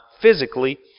physically